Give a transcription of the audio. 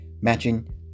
matching